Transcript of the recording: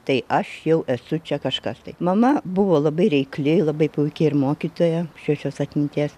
tai aš jau esu čia kažkas tai mama buvo labai reikli labai puiki ir mokytoja šviesios atminties